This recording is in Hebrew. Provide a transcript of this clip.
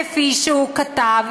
כפי שהוא כתב,